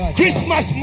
Christmas